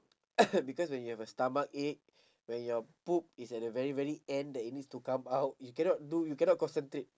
because when you have a stomachache when your poop is at the very very end that it needs to come out you cannot do you cannot concentrate